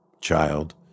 child